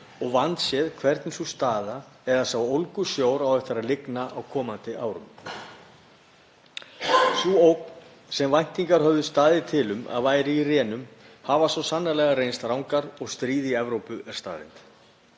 og vandséð hvernig sú staða eða sá ólgusjór á eftir að lygna á komandi árum. Væntingar sem höfðu staðið til þess að ógnin væri í rénum hafa svo sannarlega reynst rangar og stríð í Evrópu er staðreynd.